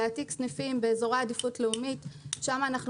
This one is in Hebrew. להעתיק סניפים לאזורי עדיפות לאומית שם אנחנו